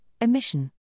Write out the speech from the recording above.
emission